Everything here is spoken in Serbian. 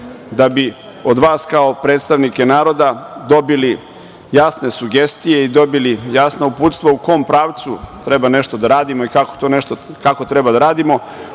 da bi od vas kao predstavnike naroda dobili jasne sugestije i dobili jasna uputstva u kom pravcu treba nešto da radimo i kako treba da radimo,